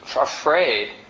afraid